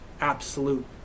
Absolute